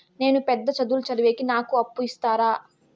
నేను పెద్ద చదువులు చదివేకి నాకు అప్పు ఇస్తారా